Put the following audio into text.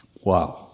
Wow